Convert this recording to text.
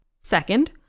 Second